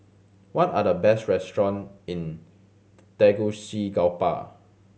what are the best restaurant in Tegucigalpa